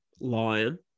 Lion